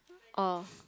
oh